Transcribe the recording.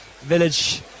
village